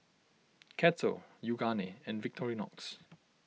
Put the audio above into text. Kettle Yoogane and Victorinox